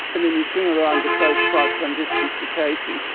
and then you swing around the coast quite some distance to casey.